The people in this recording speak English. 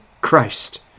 Christ